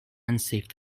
unsafe